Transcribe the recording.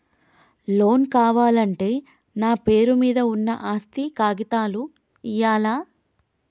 Loan కావాలంటే నా పేరు మీద ఉన్న ఆస్తి కాగితాలు ఇయ్యాలా?